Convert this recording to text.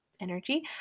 energy